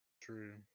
True